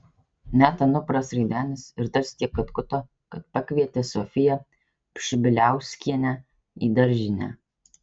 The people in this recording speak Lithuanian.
net anupras traidenis ir tas tiek atkuto kad pakvietė sofiją pšibiliauskienę į daržinę